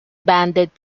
banded